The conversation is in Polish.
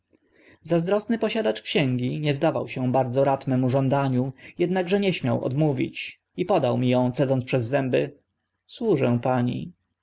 zazdrosny posiadacz księgi nie zdawał się bardzo rad memu żądaniu ednakże nie śmiał odmówić i podał mi ą cedząc przez zęby służę pani